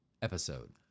episode